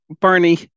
Barney